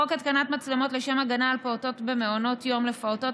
חוק התקנת מצלמות לשם הגנה על פעוטות במעונות יום לפעוטות,